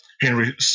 Henry